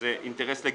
וזה אינטרס לגיטימי,